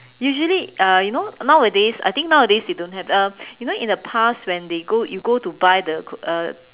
usually uh you know nowadays I think nowadays they don't have um you know in the past when they go you go to buy the uh